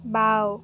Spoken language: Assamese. বাওঁ